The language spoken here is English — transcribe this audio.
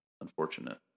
unfortunate